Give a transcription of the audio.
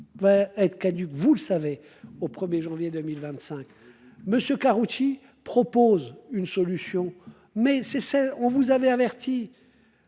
va être caduque. Vous le savez au 1er janvier 2025. Monsieur Karoutchi propose une solution. Mais c'est ça on vous avez averti.